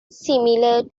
similar